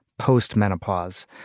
postmenopause